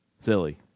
silly